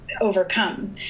overcome